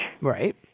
Right